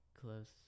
close